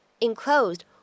enclosed